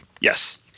yes